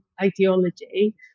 ideology